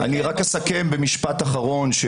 אני רק אסכם במשפט אחרון.